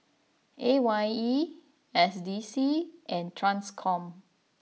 A Y E S D C and Tanscom